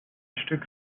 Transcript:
stück